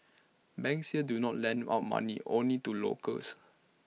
banks here do not lend out money only to locals